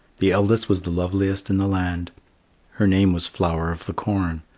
the eldest was the loveliest in the land her name was flower of the corn.